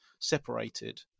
separated